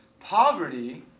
Poverty